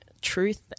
truth